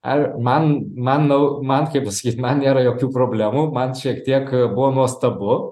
ar man manau man kaip pasakyt man nėra jokių problemų mat šiek tiek buvo nuostabu